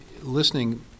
listening